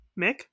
Mick